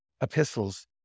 epistles